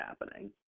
happening